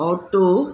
auto